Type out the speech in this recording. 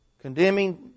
Condemning